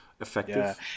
effective